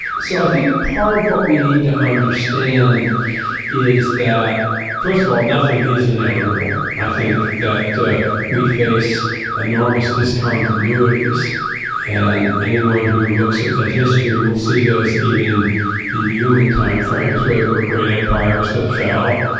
so i think part of what we need to understand is that first of all, nothing is inevitable. i think that we face enormous discontinuities and anyone who looks at at history will see those even in in human timeframes where there were great empires that fell.